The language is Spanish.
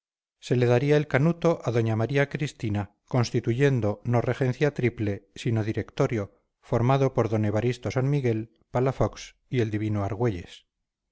se le daría el canuto a doña maría cristina constituyendo no regencia triple sino directorio formado por d evaristo san miguel palafox y el divino argüelles